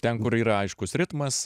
ten kur yra aiškus ritmas